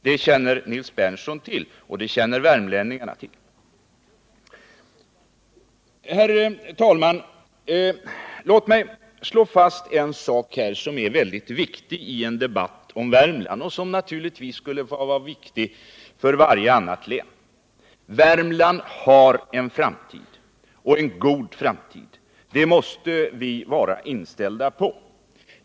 Det känner Nils Berndtson till, och det känner värmlänningarna också till. Herr talman! Låt mig slå fast en sak som är mycket viktig i en debatt om Värmland och som naturligtvis skulle vara viktig i fråga om varje annat län. Värmland har en framtid och en god framtid, det måste vi vara inställda på.